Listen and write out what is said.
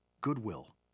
Goodwill